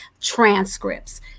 transcripts